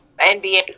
NBA